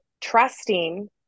trusting